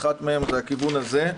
אחת מהן זה הכיוון הזה.